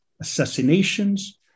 assassinations